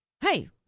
Hey